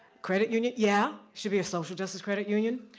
credit union, yeah, should be a social justice credit union.